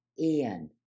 Ian